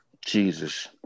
Jesus